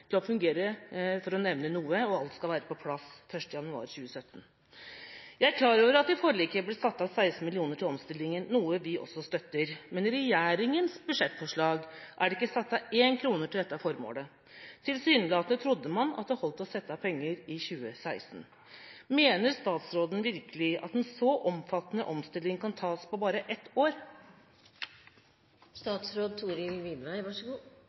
til å fungere, for å nevne noe. Alt skal være på plass 1. januar 2017. Jeg er klar over at det i forliket ble satt av 16 mill. kr til omstillinga, noe som vi også støtter. Men i regjeringas budsjettforslag er det ikke satt av én krone til dette formålet. Tilsynelatende trodde man det holdt å sette av penger i 2016. Mener virkelig statsråden at en så omfattende omstilling kan tas på bare ett år?